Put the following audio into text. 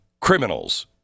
criminals